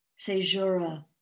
sejura